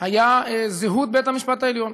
היה זהות בית-המשפט העליון.